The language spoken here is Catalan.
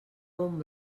bon